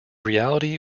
reality